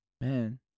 Man